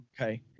Okay